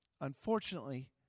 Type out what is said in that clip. unfortunately